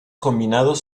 combinados